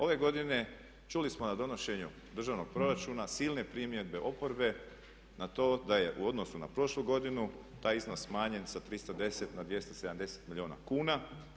Ove godine čuli smo na donošenju državnog proračuna silne primjedbe oporbe na to da je u odnosu na prošlu godinu taj iznos smanjen sa 310 na 270 milijuna kuna.